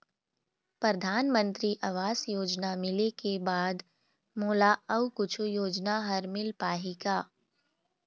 परधानमंतरी आवास योजना मिले के बाद मोला अऊ कुछू योजना हर मिल पाही का?